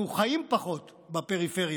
אנחנו חיים פחות בפריפריה,